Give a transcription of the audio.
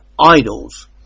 idols